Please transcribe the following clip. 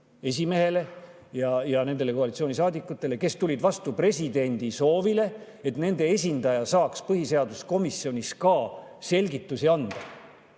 esimehele ja nendele koalitsioonisaadikutele, kes tulid vastu presidendi soovile, et tema esindaja saaks põhiseaduskomisjonis selgitusi anda.